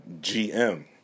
GM